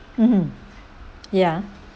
mmhmm ya